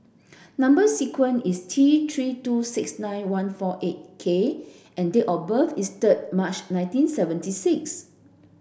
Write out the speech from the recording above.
number sequence is T three two six nine one four eight K and date of birth is third March nineteen seventy six